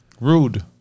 Rude